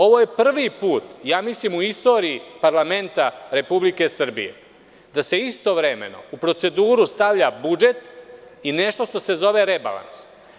Ovo je prvi put u istoriji parlamenta Republike Srbije da se istovremeno u proceduru stavlja budžet i nešto što se zove rebalans.